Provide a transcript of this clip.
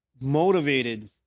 motivated